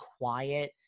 quiet